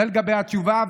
זה לגבי התשובה.